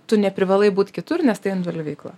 tu neprivalai būt kitur nes tai individuali veikla